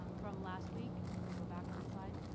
um from last week? if you can go back one slide.